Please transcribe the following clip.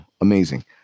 amazing